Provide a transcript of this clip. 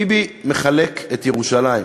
ביבי מחלק את ירושלים.